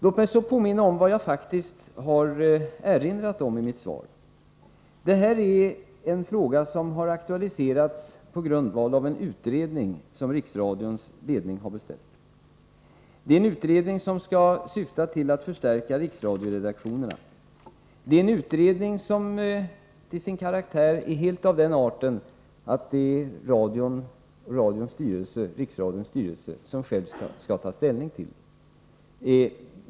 Låt mig så påminna om vad jag faktiskt har erinrat om i mitt svar. Detta är en fråga som har aktualiserats på grundval av en utredning som Riksradions ledning har beställt. Det är en utredning som skall syfta till att förstärka Riksradioredaktionerna. Det är en utredning som till sin karaktär är helt av den arten att det är Riksradions styrelse som själv skall ta ställning till den.